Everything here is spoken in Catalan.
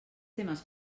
temes